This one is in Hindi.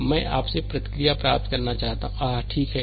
लेकिन मैं आपसे प्रतिक्रिया प्राप्त करना चाहता हूं आह ठीक है